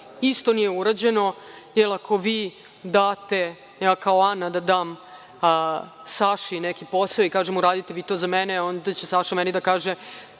isto nije urađeno, jer ako vi date, ja kao Ana da dam Saši neki posao i kažem - uradite vi to za mene, onda će Saša meni da kaže